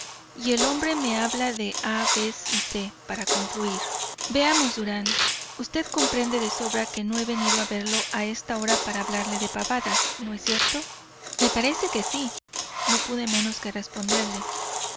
y el hombre me habla de a b y c para concluir veamos durán vd comprende de sobra que no he venido a verlo a esta hora para hablarle de pavadas no es cierto me parece que sí no pude menos que responderle